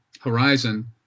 horizon